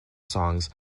songs